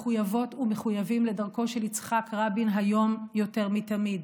מחויבות ומחויבים לדרכו של יצחק רבין היום יותר מתמיד,